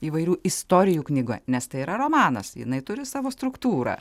įvairių istorijų knyga nes tai yra romanas jinai turi savo struktūrą